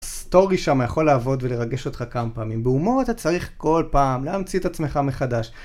סטורי שם יכול לעבוד ולרגש אותך כמה פעמים, בהומור אתה צריך כל פעם להמציא את עצמך מחדש.